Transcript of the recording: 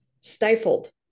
stifled